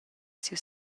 siu